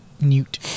Newt